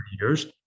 years